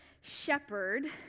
shepherd